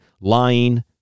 lying